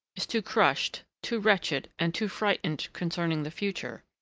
is too crushed, too wretched, and too frightened concerning the future,